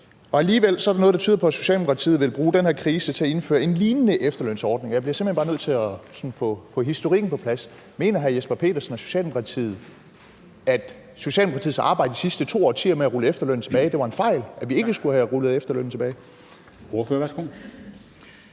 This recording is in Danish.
Alligevel er der noget, der tyder på, at Socialdemokratiet vil bruge den her krise på at indføre en lignende efterlønsordning. Jeg bliver simpelt hen bare nødt til sådan at få historikken på plads. Mener hr. Jesper Petersen og Socialdemokratiet, at Socialdemokratiets arbejde de sidste to årtier med at rulle efterlønnen tilbage, var en fejl, og at vi ikke skulle have rullet efterlønnen tilbage? Kl.